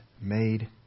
made